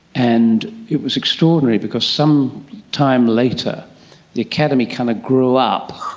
and it was extraordinary, because some time later the academy kind of grew up.